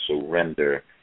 surrender